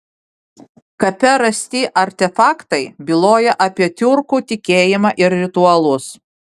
kape rasti artefaktai byloja apie tiurkų tikėjimą ir ritualus